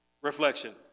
reflection